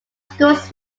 schools